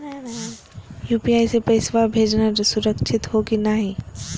UPI स पैसवा भेजना सुरक्षित हो की नाहीं?